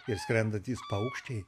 ir skrendantys paukščiai